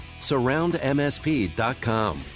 Surroundmsp.com